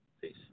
Peace